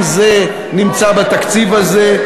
גם זה נמצא בתקציב הזה.